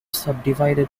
subdivided